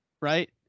right